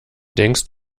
denkst